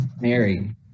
Mary